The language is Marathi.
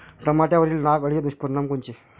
टमाट्यावरील नाग अळीचे दुष्परिणाम कोनचे?